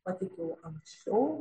pateikiau anksčiau